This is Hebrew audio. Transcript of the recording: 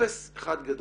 אפס אחד גדול.